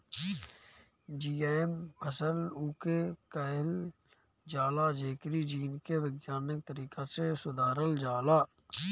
GM फसल उके कहल जाला जेकरी जीन के वैज्ञानिक तरीका से सुधारल जाला